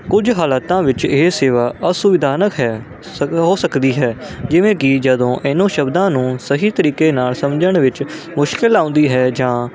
ਕੁਝ ਹਾਲਾਤਾਂ ਵਿੱਚ ਇਹ ਸੇਵਾ ਅਸੁਵਿਧਾਜਨਕ ਹੈ ਸਗੋਂ ਹੋ ਸਕਦੀ ਹੈ ਜਿਵੇਂ ਕਿ ਜਦੋਂ ਇਹਨੂੰ ਸ਼ਬਦਾਂ ਨੂੰ ਸਹੀ ਤਰੀਕੇ ਨਾਲ ਸਮਝਣ ਵਿੱਚ ਮੁਸ਼ਕਿਲ ਆਉਂਦੀ ਹੈ ਜਾਂ